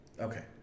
Okay